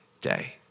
day